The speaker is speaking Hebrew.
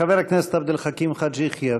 חבר הכנסת עבד אל חכים חאג' יחיא.